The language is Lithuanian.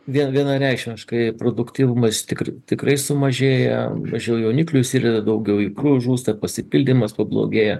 vienareikšmiškai produktyvumas tikrai tikrai sumažėja mažiau jauniklius išsirita daugiau ikrų žūsta pasipildymas pablogėja